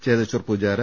Cheteshwar Pujara